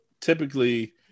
typically